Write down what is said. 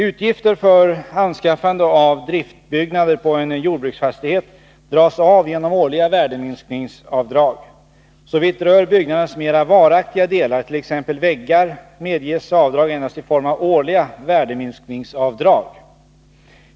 Utgifter för anskaffande av driftbyggnader på en jordbruksfastighet dras av genom årliga värdeminskningsavdrag. Såvitt rör byggnadens mera varaktiga delar, t.ex. väggar, medges avdrag endast i form av årliga värdeminskningsavdrag.